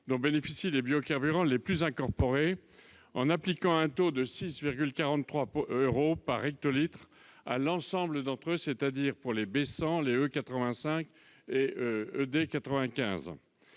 dont bénéficient les biocarburants les plus incorporés, en appliquant un taux de 6,43 euros par hectolitre à l'ensemble d'entre eux, soit les B100, les E85 et les ED95.